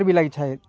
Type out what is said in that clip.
ବି ଲାଗିଥାଏ